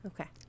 Okay